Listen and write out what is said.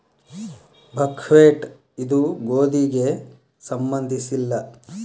buckwheat ಇದು ಗೋಧಿಗೆ ಸಂಬಂಧಿಸಿಲ್ಲ